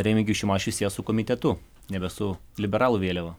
remigijus šimašius ėjo su komitetu nebe su liberalų vėliava